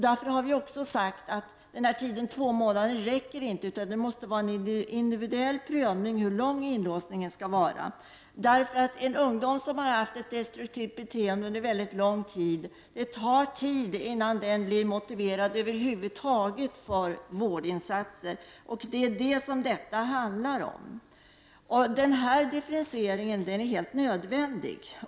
Därför har vi också sagt att tiden två månader inte räcker, utan en individuell prövning måste göras av hur lång tid inlåsningen skall omfatta. Det tar tid innan en ung människa som har haft ett destruktivt beteende under mycket lång tid över huvud taget blir motiverad för vårdinsatser. Detta är vad den här frågan handlar om. Denna differentiering är helt nödvändig.